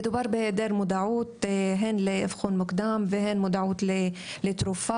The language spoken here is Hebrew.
מדובר בהעדר מודעות הן לאבחון מוקדם והן מודעות לתרופה,